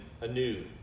anew